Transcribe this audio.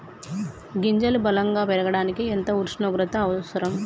గింజలు బలం గా పెరగడానికి ఎంత ఉష్ణోగ్రత అవసరం?